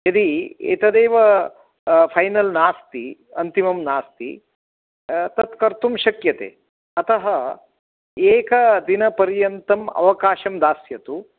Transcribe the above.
यदि एतदेव फ़ैनल् नास्ति अन्तिमं नास्ति तत् कर्तुं शक्यते अतः एकदिनपर्यन्तम् अवकाशं दास्यतु